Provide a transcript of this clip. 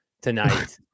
tonight